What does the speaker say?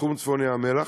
מתחום צפון ים-המלח,